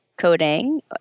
coding